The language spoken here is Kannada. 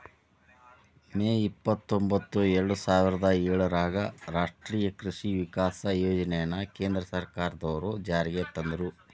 ಮೇ ಇಪ್ಪತ್ರೊಂಭತ್ತು ಎರ್ಡಸಾವಿರದ ಏಳರಾಗ ರಾಷ್ಟೇಯ ಕೃಷಿ ವಿಕಾಸ ಯೋಜನೆನ ಕೇಂದ್ರ ಸರ್ಕಾರದ್ವರು ಜಾರಿಗೆ ತಂದ್ರು